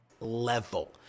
level